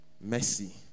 mercy